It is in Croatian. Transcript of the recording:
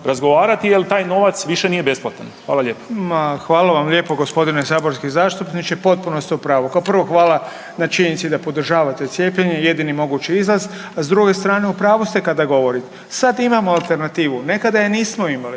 razgovarati jel taj novac više nije besplatan. Hvala lijepo. **Beroš, Vili (HDZ)** Hvala vam lijepo gospodine saborski zastupniče, potpuno ste u pravu. Kao prvo hvala na činjenici da podržavate cijepljenje, jedini mogući izlaz. A s druge strane u pravu ste kada govori sad imamo alternativu, nekada je nismo imali,